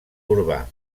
urbà